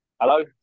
Hello